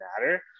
matter